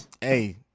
Hey